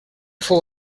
fou